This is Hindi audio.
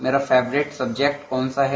मेरे फेवरेट सबजेक्ट कौन सा है